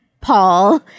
paul